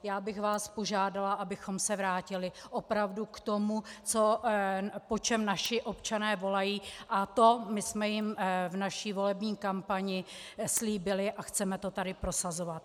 Já bych vás požádala, abychom se vrátili opravdu k tomu, po čem naši občané volají, a to my jsme jim v naší volební kampani slíbili a chceme to tady prosazovat.